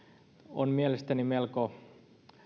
on mielestäni melko